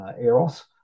Eros